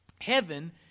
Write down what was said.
Heaven